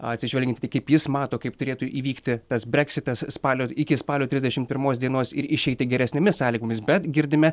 atsižvelgiant į tai kaip jis mato kaip turėtų įvykti tas breksitas spalio iki spalio trisdešim pirmos dienos ir išeiti geresnėmis sąlygomis bet girdime